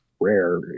rare